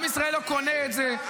עם ישראל לא קונה את זה.